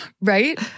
Right